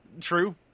true